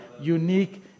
unique